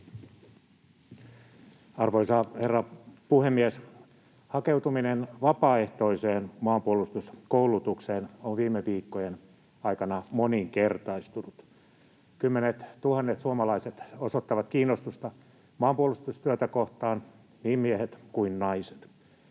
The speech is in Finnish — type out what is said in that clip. Arvoisa herra puhemies! Hakeutuminen vapaaehtoiseen maanpuolustuskoulutukseen on viime viikkojen aikana moninkertaistunut. Kymmenettuhannet suomalaiset osoittavat kiinnostusta maanpuolustustyötä kohtaan, niin miehet kuin naiset.